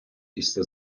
після